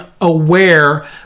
aware